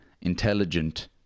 intelligent